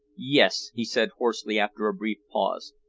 yes, he said hoarsely, after a brief pause.